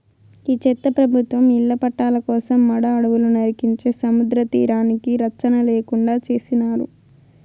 ఈ చెత్త ప్రభుత్వం ఇళ్ల పట్టాల కోసం మడ అడవులు నరికించే సముద్రతీరానికి రచ్చన లేకుండా చేసినారు